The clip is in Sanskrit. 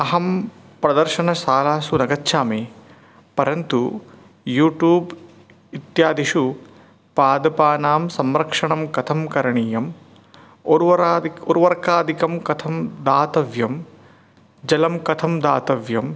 अहं प्रदर्शनशालासु न गच्छामि परन्तु यूटूब् इत्यादिषु पादपानां संरक्षणं कथं करणीयं उर्वरादिक् उर्वरकादिकं कथं दातव्यं जलं कथं दातव्यम्